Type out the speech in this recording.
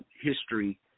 history